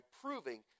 proving